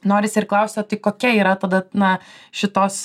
norisi ir klausti o tai kokia yra tada na šitos